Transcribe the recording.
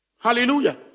Hallelujah